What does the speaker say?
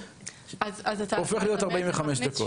הופך להיות 45 דקות.